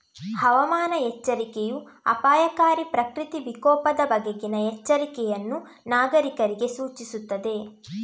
ಹವಾಮಾನ ಎಚ್ಚರಿಕೆಯೂ ಅಪಾಯಕಾರಿ ಪ್ರಕೃತಿ ವಿಕೋಪದ ಬಗೆಗಿನ ಎಚ್ಚರಿಕೆಯನ್ನು ನಾಗರೀಕರಿಗೆ ಸೂಚಿಸುತ್ತದೆ